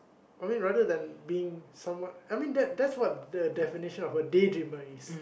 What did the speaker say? I mean rather than being somewhat I mean that's that's what a definition of a day dreamer is